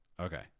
Okay